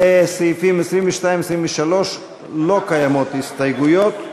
לסעיפים 22 23 לא קיימות הסתייגויות,